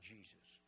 Jesus